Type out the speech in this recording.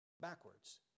backwards